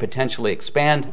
potentially expand